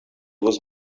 was